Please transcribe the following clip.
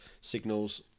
signals